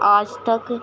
آج تک